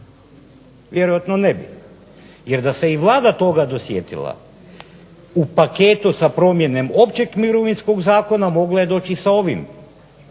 Vjerojatno ne bi. Jer da se i Vlada toga dosjetila, u paketu sa promjenom općeg mirovinskog zakona mogla je doći i sa ovim